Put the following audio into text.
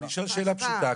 אני שואל שאלה פשוטה,